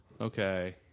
okay